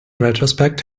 retrospect